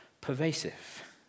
pervasive